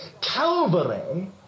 Calvary